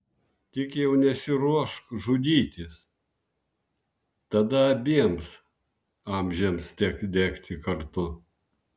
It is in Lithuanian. tik jau nesiruošk žudytis tada abiems amžiams teks degti kartu